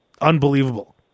unbelievable